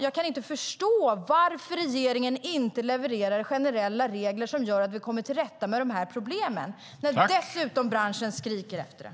Jag kan inte förstå varför regeringen inte levererar generella regler som gör att vi kommer till rätta med de här problemen, när dessutom branschen skriker efter det.